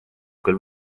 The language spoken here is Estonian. küll